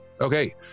Okay